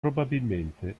probabilmente